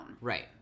Right